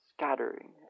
scattering